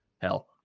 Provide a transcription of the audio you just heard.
hell